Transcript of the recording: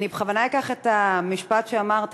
אני בכוונה אקח את המשפט שאמרת,